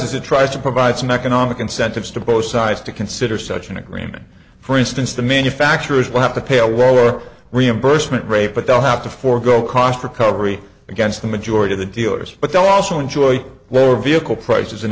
is it tries to provide some economic incentives to both sides to consider such an agreement for instance the manufacturers will have to pay a wall or reimbursement rate but they'll have to forgo cost recovery against the majority of the dealers but they also enjoy lower vehicle prices in